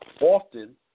Often